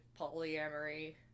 polyamory